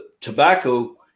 tobacco